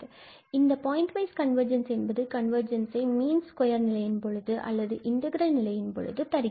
மற்றும் இந்த point wise convergence என்பது கன்வர்ஜென்ஸ் மீன் ஸ்கொயர் நிலையின் பொழுது அல்லது இன்டகிரல் நிலையின் பொழுது தருகிறது